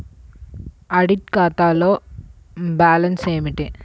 Audit ఖాతాలో balance ఏమిటీ?